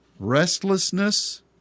Restlessness